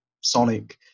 sonic